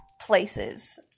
Places